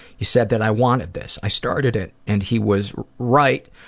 he said that i wanted this. i started it and he was right